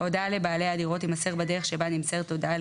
ההודעה לבעלי הדירות תימסר בדרך שבה נמסרת הודעה על